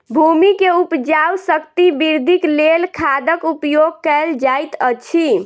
भूमि के उपजाऊ शक्ति वृद्धिक लेल खादक उपयोग कयल जाइत अछि